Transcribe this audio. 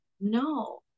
No